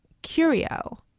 Curio